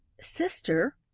Sister